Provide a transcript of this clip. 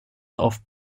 auf